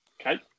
Okay